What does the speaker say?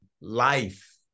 life